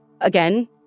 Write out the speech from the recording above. Again